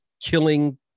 killing